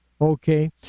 Okay